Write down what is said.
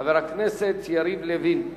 חבר הכנסת יריב לוין.